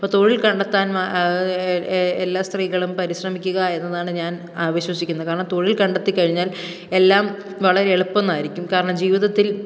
അപ്പം തൊഴിൽ കണ്ടെത്താൻ എല്ലാ സ്ത്രീകളും പരിശ്രമിക്കുക എന്നതാണ് ഞാൻ അവിശ്വസിക്കുന്ന കാരണം തൊഴിൽ കണ്ടെത്തി കഴിഞ്ഞാൽ എല്ലാം വളരെ എളുപ്പമായിരിക്കും കാരണം ജീവിതത്തിൽ